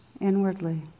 inwardly